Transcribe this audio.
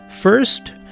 First